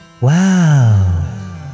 Wow